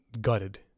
gutted